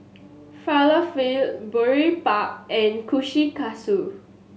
Falafel Boribap and Kushikatsu